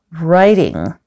writing